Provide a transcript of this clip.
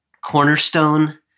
cornerstone